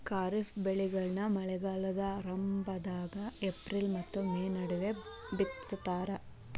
ಖಾರಿಫ್ ಬೆಳೆಗಳನ್ನ ಮಳೆಗಾಲದ ಆರಂಭದಾಗ ಏಪ್ರಿಲ್ ಮತ್ತ ಮೇ ನಡುವ ಬಿತ್ತತಾರ